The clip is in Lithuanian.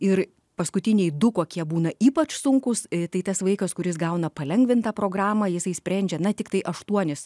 ir paskutiniai du kokie būna ypač sunkūs tai tas vaikas kuris gauna palengvintą programą jisai sprendžia na tiktai aštuonis